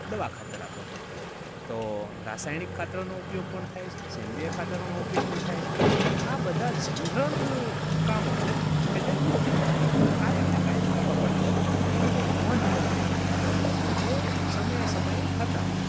દવા ખાતર આપવા પડતા હોય તો રાસાયણિક ખાતરોનો ઉપયોગ પણ થાય છે સેંદ્રિય ખાતરોનો ઉપયોગ પણ થાય સે તો આ બધા જનરલ કામો છે કે જે આપડે કાયમને કાયમ કરવા પડતા હોય એની કોઈ નોંધ ન લેવાતી હોય એ સમયે સમયે થતાં હોય